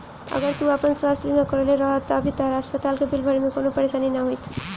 अगर तू आपन स्वास्थ बीमा करवले रहत त अभी तहरा अस्पताल के बिल भरे में कवनो परेशानी ना होईत